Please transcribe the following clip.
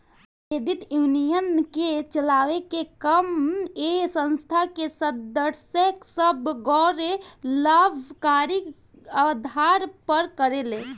credit union के चलावे के काम ए संस्था के सदस्य सभ गैर लाभकारी आधार पर करेले